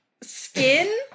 skin